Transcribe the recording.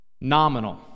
nominal